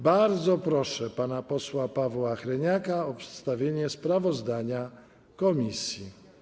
Bardzo proszę pana posła Pawła Hreniaka o przedstawienie sprawozdania komisji.